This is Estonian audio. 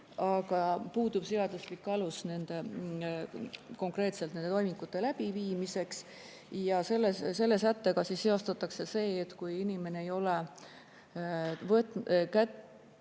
aga puudub seaduslik alus konkreetselt nende toimingute läbiviimiseks. Selle sättega seostatakse see, et kui inimene ei ole võtnud